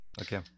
okay